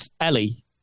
Ellie